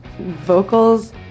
vocals